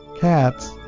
cats